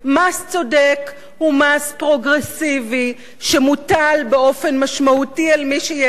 מס צודק הוא מס פרוגרסיבי שמוטל באופן משמעותי על מי שיש לו,